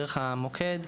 דרך המוקד,